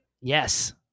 Yes